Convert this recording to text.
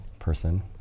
person